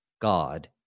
God